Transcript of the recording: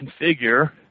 configure